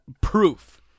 proof